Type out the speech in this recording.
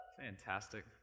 Fantastic